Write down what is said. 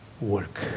work